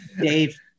dave